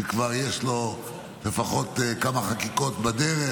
שכבר יש לו לפחות כמה חקיקות בדרך.